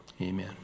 Amen